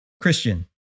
Christian